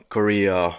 Korea